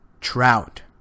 trout